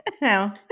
No